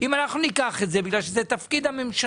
אם אנחנו ניקח את זה, בגלל שזה תפקיד הממשלה.